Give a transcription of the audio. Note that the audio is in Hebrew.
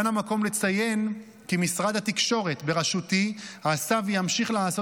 כאן המקום לציין כי משרד התקשורת בראשותי עשה וימשיך לעשות